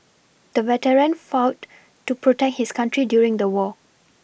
the veteran fought to protect his country during the war